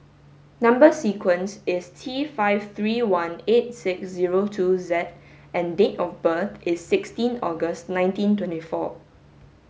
number sequence is T five three one eight six zero two Z and date of birth is sixteen August nineteen twenty four